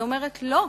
אני אומרת: לא,